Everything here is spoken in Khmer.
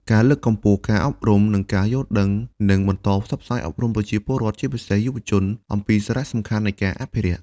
ការលើកកម្ពស់ការអប់រំ និងការយល់ដឹងនិង បន្តផ្សព្វផ្សាយអប់រំប្រជាពលរដ្ឋ ជាពិសេសយុវជន អំពីសារៈសំខាន់នៃការអភិរក្ស។